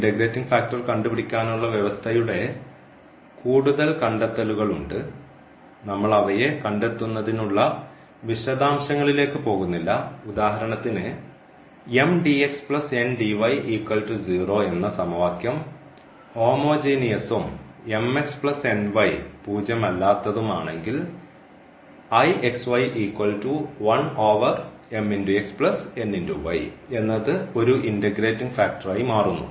integrating factor കണ്ടുപിടിക്കാനുള്ള വ്യവസ്ഥയുടെ കൂടുതൽ കണ്ടെത്തലുകൾ ഉണ്ട് നമ്മൾ അവയെ കണ്ടെത്തുന്നതിനുള്ള വിശദാംശങ്ങളിലേക്ക് പോകുന്നില്ല ഉദാഹരണത്തിന് എന്ന സമവാക്യം ഹോമോജീനിയസ്ഉം പൂജ്യം അല്ലാത്തതും ആണെങ്കിൽ എന്നത് ഒരു ഇൻറഗ്രേറ്റിംഗ് ഫാക്ടർ ആയി മാറുന്നു